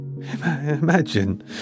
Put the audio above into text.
Imagine